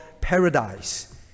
paradise